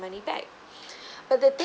money back but the thing